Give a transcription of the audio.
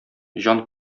җан